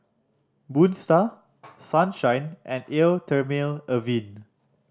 Moon Star Sunshine and Eau Thermale Avene